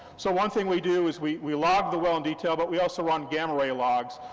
so one thing we do is we we log the well in detail, but we also run gamma ray logs,